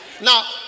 Now